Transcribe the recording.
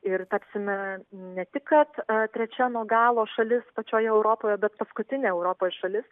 ir tapsime ne tik kad trečia nuo galo šalis pačioj europoje bet paskutinė europoj šalis